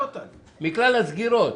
מכלל הסגירות.